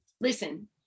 listen